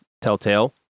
Telltale